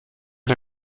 der